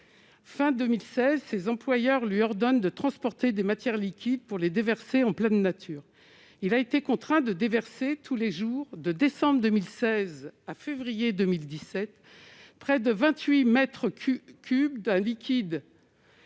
fin 2016, ses employeurs lui ordonne de transporter des matières liquides pour les déverser en pleine nature, il a été contraint de déverser tous les jours, de décembre 2016 à février 2017 près de 28 m3 cube d'un liquide